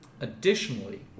Additionally